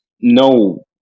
no